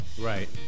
right